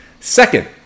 Second